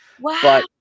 Wow